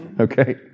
Okay